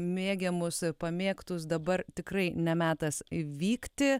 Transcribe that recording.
mėgiamus pamėgtus dabar tikrai ne metas vykti